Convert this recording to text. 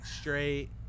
straight